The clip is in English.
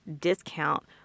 discount